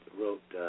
wrote